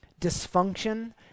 Dysfunction